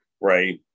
right